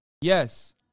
Yes